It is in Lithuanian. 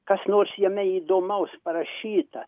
kas nors jame įdomaus parašyta